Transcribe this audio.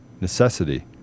necessity